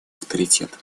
авторитет